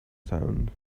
sound